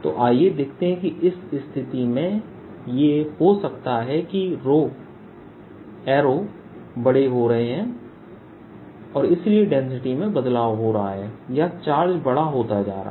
तो आइए देखते हैं कि इस स्थिति में ये हो सकता है कि एरो बड़े हो रहे हैं और इसलिए डेंसिटी में बदलाव हो रहा है या चार्ज बड़ा होता जा रहा है